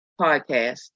podcast